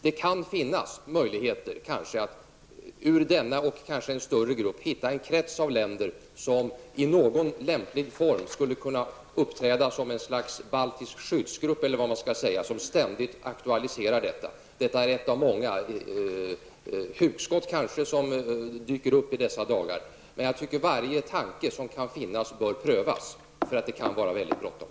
Det kan kanske finnas möjligheter att, ur denna och kanske en större grupp, hitta en krets av länder som i någon lämplig form kan uppträda som ett slags baltisk skyddsgrupp som ständigt aktualiserar frågan. Det var ett av kanske många hugskott som dyker upp i dessa dagar. Jag tycker att varje tanke som finns bör prövas eftersom det kan vara mycket bråttom.